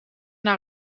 naar